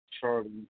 Charlie